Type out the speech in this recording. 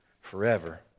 forever